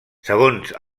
segons